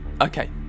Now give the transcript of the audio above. Okay